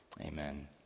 amen